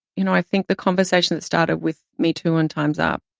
you know, i think the conversation that started with metoo and time's up,